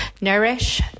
Nourish